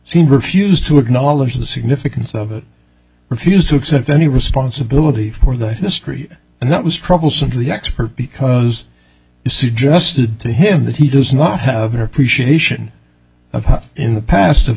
seemed refused to acknowledge the significance of it refused to accept any responsibility for the history and that was troublesome to the expert because you suggested to him that he does not have an appreciation of how in the past of